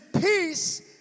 peace